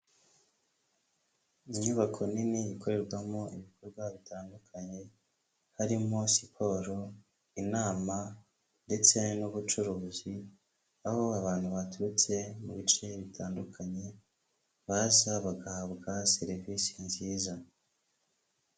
Inyubako nini, ikorerwamo ibikorwa bitandukanye, harimo siporo, inama ndetse n'ubucuruzi, aho abantu baturutse mu bice bitandukanye, baza bagahabwa serivisi nziza.